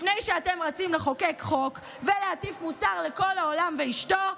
לפני שאתם רצים לחוקק חוק ולהטיף מוסר לכל העולם ואשתו,